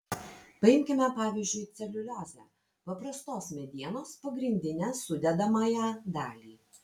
paimkime pavyzdžiu celiuliozę paprastos medienos pagrindinę sudedamąją dalį